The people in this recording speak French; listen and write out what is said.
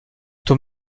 ton